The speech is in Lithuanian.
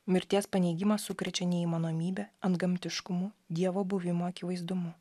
mirties paneigimas sukrečia neįmanomybe antgamtiškumu dievo buvimo akivaizdumu